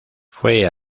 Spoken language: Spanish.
fue